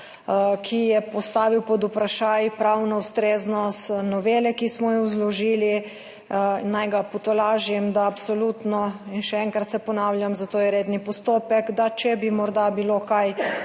je postavil pod vprašaj pravno ustreznost novele, ki smo jo vložili. Naj ga potolažim, da bomo absolutno – in še enkrat se ponavljam, zato je redni postopek – če bi morda bilo kaj